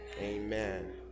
Amen